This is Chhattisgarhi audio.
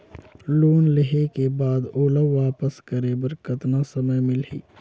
लोन लेहे के बाद ओला वापस करे बर कतना समय मिलही?